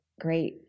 great